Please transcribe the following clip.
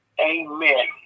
Amen